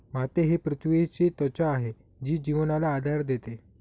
माती ही पृथ्वीची त्वचा आहे जी जीवनाला आधार देते